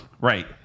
Right